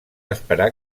esperar